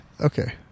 Okay